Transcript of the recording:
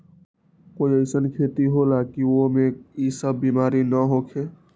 कोई अईसन खेती होला की वो में ई सब बीमारी न होखे?